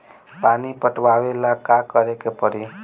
पानी पटावेला का करे के परी?